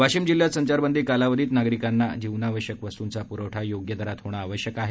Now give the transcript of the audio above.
वाशिम जिल्ह्यात संचारबंदी कालावधीत नागरिकांना जीवनावश्यक वस्तूंचा पुरवठा योग्य दरात होणे आवश्यक आहे